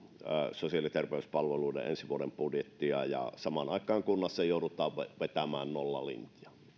sosiaali ja terveyspalveluiden ensi vuoden budjettia ja samaan aikaan kunnassa joudutaan vetämään nollalinjaa